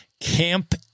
Camp